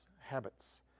habits